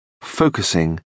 focusing